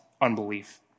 unbelief